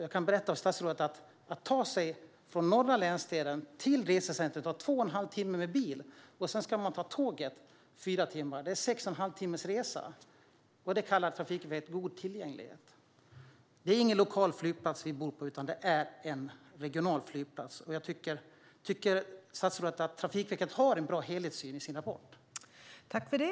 Jag kan berätta för statsrådet att det tar två och en halv timme med bil att ta sig från norra länsdelen till resecentrum. Sedan ska man åka tåg i fyra timmar. Det är sex och en halv timmes resa. Det kallar Trafikverket god tillgänglighet. Det är ingen lokal flygplats vi bor vid, utan det är en regional flygplats. Tycker statsrådet att Trafikverket har en bra helhetssyn i sin rapport?